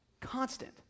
Constant